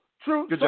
true